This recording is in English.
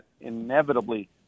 inevitably